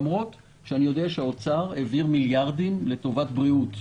למרות שאני יודע שהאוצר העביר מיליארדים לטובת בריאות.